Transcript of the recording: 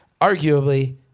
arguably